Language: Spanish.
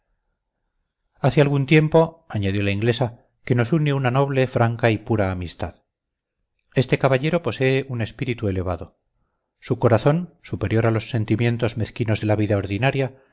hace algún tiempo añadió la inglesa que nos une una noble franca y pura amistad este caballero posee un espíritu elevado su corazón superior a los sentimientos mezquinos de la vida ordinaria